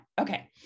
Okay